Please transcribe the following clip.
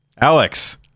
Alex